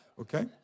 okay